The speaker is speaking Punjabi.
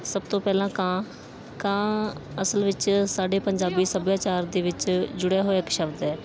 ਸਭ ਤੋਂ ਪਹਿਲਾਂ ਕਾਂ ਕਾਂ ਅਸਲ ਵਿੱਚ ਸਾਡੇ ਪੰਜਾਬੀ ਸੱਭਿਆਚਾਰ ਦੇ ਵਿੱਚ ਜੁੜਿਆ ਹੋਇਆ ਇੱਕ ਸ਼ਬਦ ਹੈ